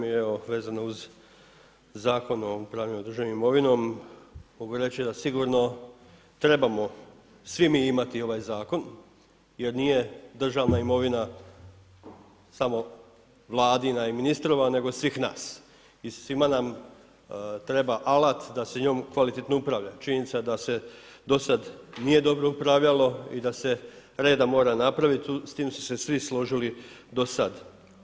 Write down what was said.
I evo vezano uz Zakon o upravljanju državnom imovinom mogu reći da sigurno trebamo svi mi imati ovaj zakon jer nije državna imovina samo Vladina i ministrova, nego svih nas i svima nam treba alat da se njom kvalitetno upravlja, činjenica da se do sad nije dobro upravljalo i da se reda mora napravit, s tim su se svi složili do sad.